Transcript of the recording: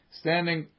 standing